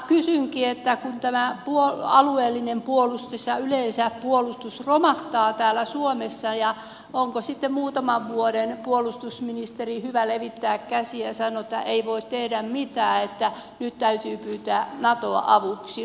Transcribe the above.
kysynkin että kun tämä alueellinen puolustus ja yleensä puolustus romahtaa täällä suomessa onko sitten muutaman vuoden kuluttua puolustusministeri hyvä levittää käsiä ja sanoa että ei voi tehdä mitään että nyt täytyy pyytää natoa avuksi